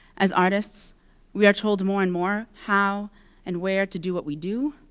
as artists we are told more and more how and where to do what we do.